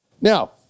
Now